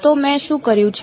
તો મેં શું કર્યું છે